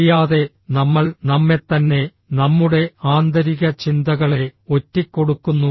അറിയാതെ നമ്മൾ നമ്മെത്തന്നെ നമ്മുടെ ആന്തരിക ചിന്തകളെ ഒറ്റിക്കൊടുക്കുന്നു